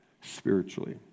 spiritually